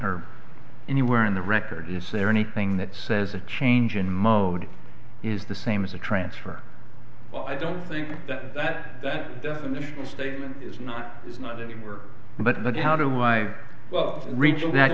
her anywhere in the record is there anything that says a change in mode is the same as a transfer well i don't think that that definition statement is not is not anywhere but how do i well reach that